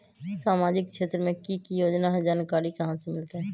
सामाजिक क्षेत्र मे कि की योजना है जानकारी कहाँ से मिलतै?